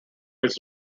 its